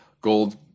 gold